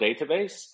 database